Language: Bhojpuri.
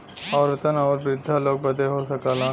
औरतन आउर वृद्धा लोग बदे हो सकला